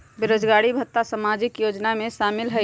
बेरोजगारी भत्ता सामाजिक योजना में शामिल ह ई?